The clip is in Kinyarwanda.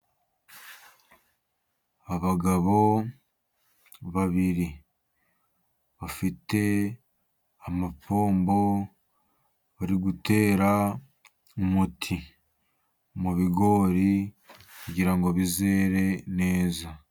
Abagabo babiri bafite amapombo bari gutera umuti mu bigori kugira ngo bizere neza.